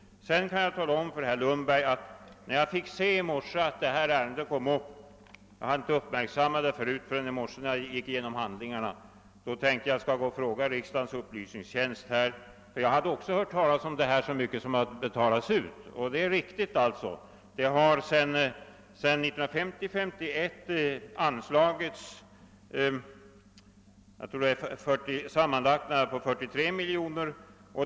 Sedan kan jag tala om för herr Lundberg att när jag i morse fick se att det här ärendet skulle komma upp — jag hade inte uppmärksammat det tidigare — beslöt jag mig för att fråga riksdagens upplysningstjänst hur mycket pengar som har betalats ut. Sedan 1950/51 tror jag det har anslagits sammanlagt nära 43 miljoner.